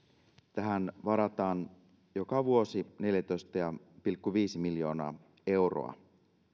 tähän varataan joka vuosi neljätoista pilkku viisi miljoonaa euroa